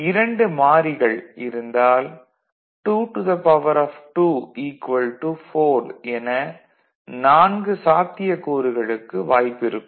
இரண்டு மாறிகள் இருந்தால் 22 4 சாத்தியக்கூறுகளுக்கு வாய்ப்பு இருக்கும்